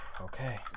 Okay